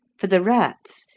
for the rats,